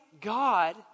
God